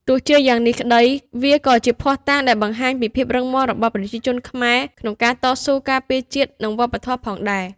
ទោះជាយ៉ាងនេះក្ដី វាក៏ជាភស្តុតាងដែលបង្ហាញពីភាពរឹងមាំរបស់ប្រជាជនខ្មែរក្នុងការតស៊ូការពារជាតិ និងវប្បធម៌ផងដែរ។